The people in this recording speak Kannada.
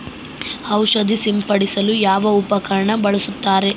ಔಷಧಿ ಸಿಂಪಡಿಸಲು ಯಾವ ಉಪಕರಣ ಬಳಸುತ್ತಾರೆ?